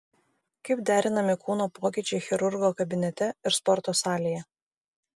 kaip derinami kūno pokyčiai chirurgo kabinete ir sporto salėje